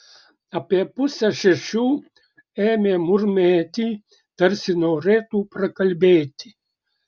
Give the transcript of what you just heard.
apie pusę šešių ėmė murmėti tarsi norėtų prakalbėti